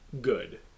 good